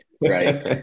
right